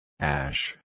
Ash